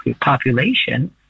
population